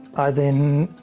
i then